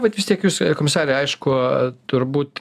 vat vis tiek jūs komisare aišku turbūt